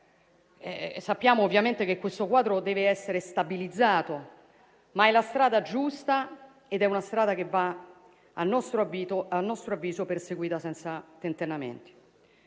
sappiamo non solo che questo quadro deve essere stabilizzato, ma anche che è la strada giusta ed è una strada che va, a nostro avviso, perseguita senza tentennamenti.